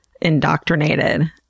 indoctrinated